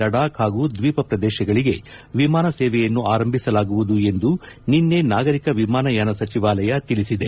ಲಡಾಕ್ ಹಾಗೂ ದ್ವೀಪ ಪ್ರದೇಶಗಳಿಗೆ ವಿಮಾನ ಸೇವೆಯನ್ನು ಆರಂಭಿಸಲಾಗುವುದು ಎಂದು ನಿನ್ನೆ ನಾಗರಿಕ ವಿಮಾನಯಾನ ಸಚಿವಾಲಯ ತಿಳಿಸಿದೆ